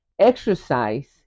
Exercise